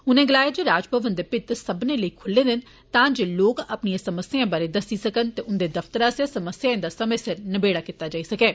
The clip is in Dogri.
उनें गलाया जे राजभवन दे भित्त सब्बने लेई खुल्ले दे न तां जे लोक अपनिए समस्याएं बारै दस्सी सकन ते उन्दे दफ्तर आस्सेया समस्याएं दा समें सिर नबेड़ा कीत्ता जाई सकै